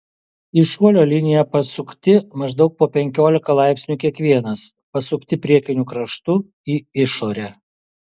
į šuolio liniją pasukti maždaug po penkiolika laipsnių kiekvienas pasukti priekiniu kraštu į išorę